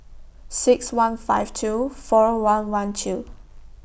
six one five two four one one two